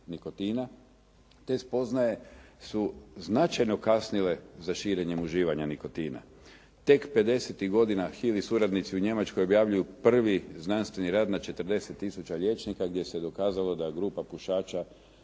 Te spoznaje su značajno kasnile sa širenjem uživanja nikotina. Tek 50-tih godina Hill i suradnici u Njemačkoj objavljuju prvi znanstveni rad na 40000 liječnika gdje se dokazalo da je grupa pušača